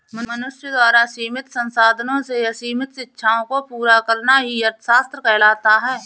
मनुष्य द्वारा सीमित संसाधनों से असीमित इच्छाओं को पूरा करना ही अर्थशास्त्र कहलाता है